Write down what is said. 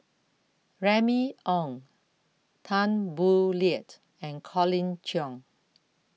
Remy Ong Tan Boo Liat and Colin Cheong